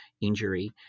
injury